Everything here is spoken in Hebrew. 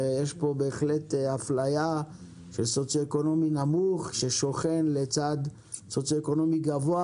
יש פה בהחלט אפליה של סוציואקונומי נמוך ששוכן ליד סוציואקונומי גבוה,